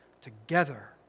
together